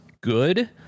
good